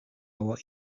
our